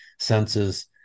senses